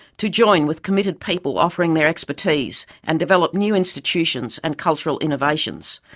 to join with committed people offering their expertise, and develop new institutions and cultural innovations.